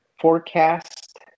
forecast